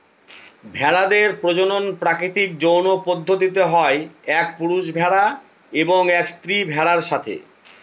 ভেড়াদের প্রজনন প্রাকৃতিক যৌন পদ্ধতিতে হয় এক পুরুষ ভেড়া এবং এক স্ত্রী ভেড়ার সাথে